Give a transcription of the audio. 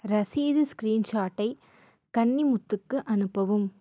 ரசீது ஸ்கிரீன்ஷாட்டை கன்னிமுத்துக்கு அனுப்பவும்